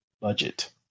budget